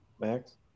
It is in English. Max